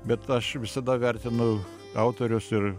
bet aš visada vertinu autorius ir